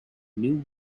new